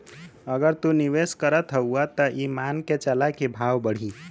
अगर तू निवेस करत हउआ त ई मान के चला की भाव बढ़ी